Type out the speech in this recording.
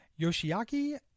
Yoshiaki